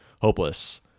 hopeless